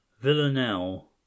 Villanelle